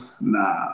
nah